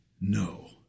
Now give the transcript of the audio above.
No